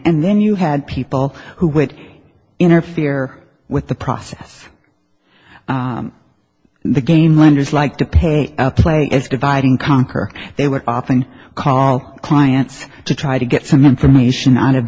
and then you had people who would interfere with the process the game lenders like to pay out play it's dividing conquer they were offering call clients to try to get some information out of